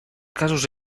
casos